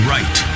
Right